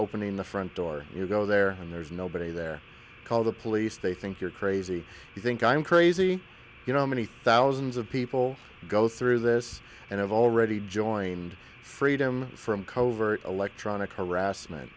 opening the front door you go there and there's nobody there call the police they think you're crazy you think i'm crazy you know many thousands of people go through this and i've already joined freedom from covert electronic harassment